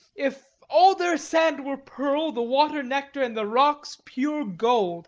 if all their sand were pearl, the water nectar, and the rocks pure gold